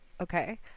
Okay